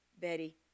Betty